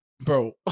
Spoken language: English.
Bro